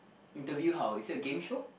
interview how is it a game show